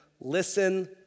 listen